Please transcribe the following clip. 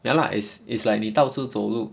ya lah it's it's like 你到处走路